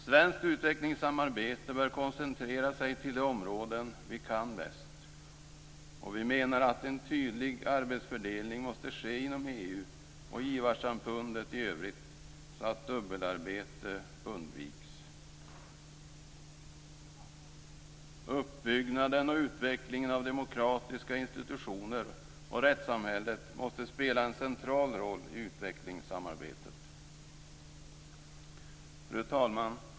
Svenskt utvecklingssamarbete bör koncentrera sig till de områden som vi kan bäst, och vi menar att en tydlig arbetsfördelning måste ske inom EU och givarsamfundet i övrigt, så att dubbelarbete undviks. Uppbyggnaden och utvecklingen av demokratiska institutioner och rättssamhället måste spela en central roll i utvecklingssamarbetet. Fru talman!